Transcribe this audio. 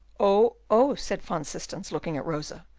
oh! oh! said van systens, looking at rosa.